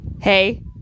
Hey